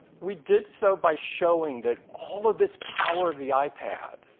we did so by showing that all of this power of the ipad